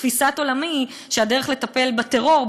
תפיסת עולמי היא שהדרך לטפל בטרור,